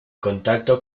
contacto